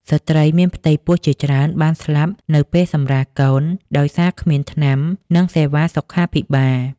ស្ត្រីមានផ្ទៃពោះជាច្រើនបានស្លាប់នៅពេលសម្រាលកូនដោយសារគ្មានថ្នាំ និងសេវាសុខាភិបាល។